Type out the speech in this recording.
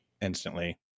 instantly